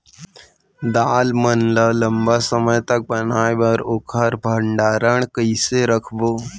दाल मन ल लम्बा समय तक बनाये बर ओखर भण्डारण कइसे रखबो?